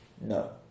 No